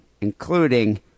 including